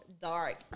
dark